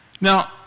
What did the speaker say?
Now